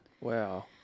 Wow